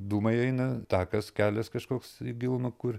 dūmai eina takas kelias kažkoks į gilumą kur